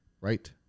Right